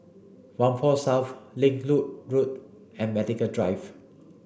Whampoa South Link Road Road and Medical Drive